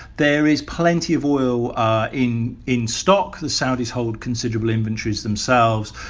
there is plenty of oil in in stock. the saudis hold considerable inventories themselves.